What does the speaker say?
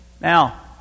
Now